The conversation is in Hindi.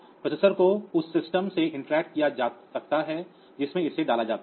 प्रोसेसर को उस सिस्टम से इंटरैक्ट किया जा सकता है जिसमें इसे डाला जाता है